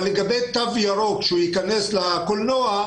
לגבי תו ירוק שהוא ייכנס לקולנוע,